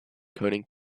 coding